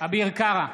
אביר קארה,